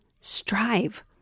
strive